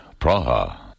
Praha